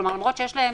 כלומר, למרות שיש להן